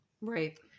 Right